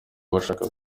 bashaka